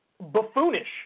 buffoonish